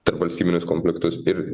tarpvalstybinius konfliktus ir